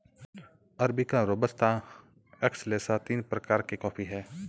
arabica robusta excelsa तीन प्रकार के कॉफी हैं